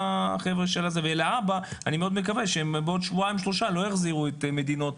אני רק מקווה שבעוד שבועיים שלושה לא יחזירו את המדינות